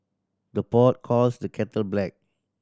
the pot calls the kettle black